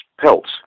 pelts